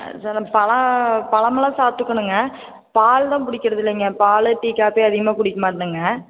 sir பழம் பழமெல்லாம் சாப்பிட்டுப்பனுங்க பால் தான் பிடிக்கிறதில்லிங்க பால் டீ காபி அதிகமாக குடிக்க மாட்டேனுங்க